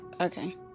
Okay